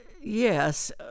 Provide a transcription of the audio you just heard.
Yes